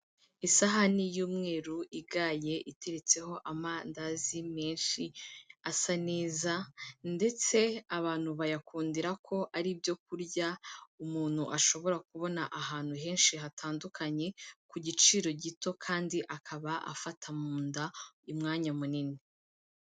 Isahani y'umweru igaye iteretseho amandazi menshi, asa neza ndetse abantu bayakundira ko ari ibyo kurya, umuntu ashobora kubona ahantu henshi hatandukanye, ku giciro gito kandi akaba afata mu nda umwanya munini.